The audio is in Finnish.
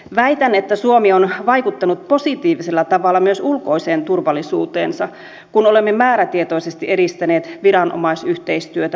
väitän että suomi on vaikuttanut positiivisella tavalla myös ulkoiseen turvallisuuteensa kun olemme määrätietoisesti edistäneet viranomaisyhteistyötä maan sisällä